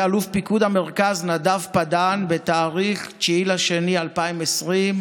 אלוף פיקוד המרכז נדב פדן בתאריך 9 בפברואר 2020,